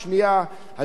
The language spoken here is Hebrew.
הדברים האלה,